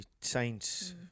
saints